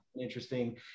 interesting